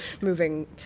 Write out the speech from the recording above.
moving